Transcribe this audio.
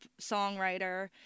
songwriter